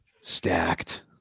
Stacked